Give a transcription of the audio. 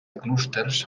clústers